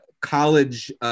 college